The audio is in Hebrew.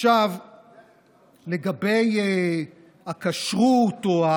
עכשיו לגבי הכשרות, או,